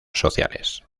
sociales